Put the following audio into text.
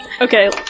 Okay